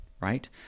right